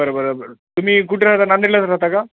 बरं बरं बरं तुम्ही कुठं राहता नांदेडलाच राहता का